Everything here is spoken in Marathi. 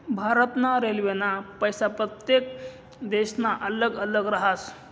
भारत ना रेल्वेना पैसा प्रत्येक देशना अल्लग अल्लग राहस